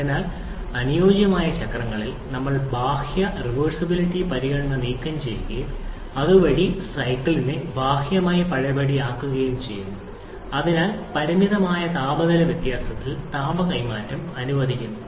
അതിനാൽ അനുയോജ്യമായ ചക്രങ്ങളിൽ നമ്മൾ ബാഹ്യ റിവേർസിബിലിറ്റി പരിഗണന നീക്കംചെയ്യുകയും അതുവഴി സൈക്കിളിനെ ബാഹ്യമായി പഴയപടിയാക്കുകയും ചെയ്യുന്നു അതിനാൽ പരിമിതമായ താപനില വ്യത്യാസത്തിൽ താപ കൈമാറ്റം അനുവദിക്കുന്നു